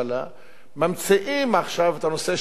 ממציאים עכשיו את הנושא מחדש,